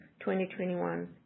2021